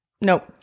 nope